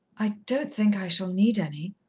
i don't think i shall need any,